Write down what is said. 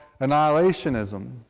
annihilationism